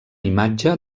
imatge